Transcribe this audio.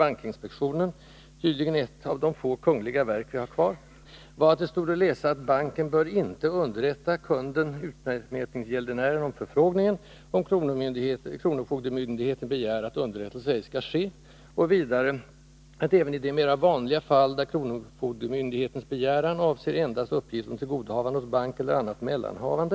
Bankinspektionen” — tydligen ett av de få kungliga verk vi har kvar — var att det stod att läsa att ”banken bör inte underrätta kunden/utmätningsgäldenären om förfrågningen, om kronofogdemyndigheten begär att underrättelse ej skall ske”, och, vidare, att ”även i de mera vanliga fall, där kronofogdemyndighetens begäran avser endast uppgift om tillgodohavande hos bank eller annat mellanhavande,” (vilken usel svenska f.